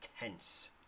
intense